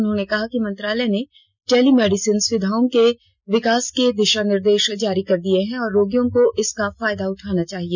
उन्होंने कहा कि मंत्रालय ने टेली मेडिसन सुविधाओं के विकास के दिशा निर्देश जारी कर दिये गये हैं और रोगियों को इनका फायदा उठाना चाहिए